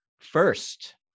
first